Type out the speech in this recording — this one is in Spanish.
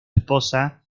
esposa